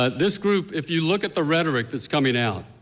ah this group, if you look at the rhetoric that's coming out,